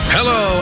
Hello